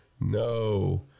No